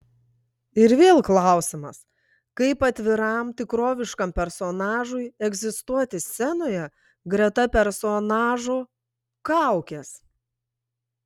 ir vėl klausimas kaip atviram tikroviškam personažui egzistuoti scenoje greta personažo kaukės